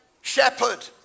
shepherd